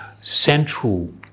central